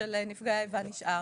של נפגעי האיבה נשאר.